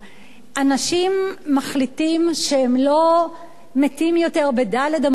אנשים מחליטים שהם לא מתים יותר בד' אמותיהם,